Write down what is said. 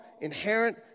inherent